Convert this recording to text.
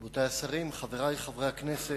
תודה, רבותי השרים, חברי חברי הכנסת,